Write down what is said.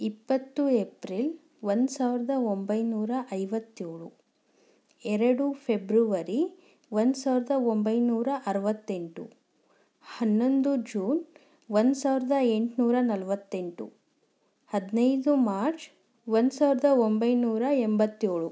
ಇಪ್ಪತ್ತು ಎಪ್ರಿಲ್ ಒಂದು ಸಾವಿರದ ಒಂಬೈನೂರ ಐವತ್ತೇಳು ಎರಡು ಫೆಬ್ರವರಿ ಒಂದು ಸಾವಿರದ ಒಂಬೈನೂರ ಅರವತ್ತೆಂಟು ಹನ್ನೊಂದು ಜೂನ್ ಒಂದು ಸಾವಿರದ ಎಂಟುನೂರ ನಲವತ್ತೆಂಟು ಹದಿನೈದು ಮಾರ್ಚ್ ಒಂದು ಸಾವಿರದ ಒಂಬೈನೂರ ಎಂಬತ್ತೇಳು